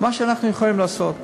מה שאנחנו יכולים לעשות.